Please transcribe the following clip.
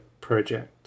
project